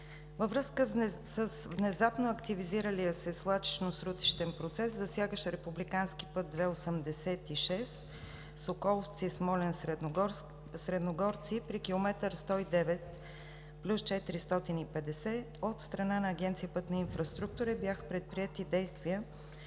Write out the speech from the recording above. Във връзка с внезапно активизиралия се свлачищно-срутищен процес, засягащ републикански път II-86 Соколовци – Смолян – Средногорци при км 109+450 от страна на Агенция „Пътна инфраструктура“ бяха предприети действия